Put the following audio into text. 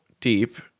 deep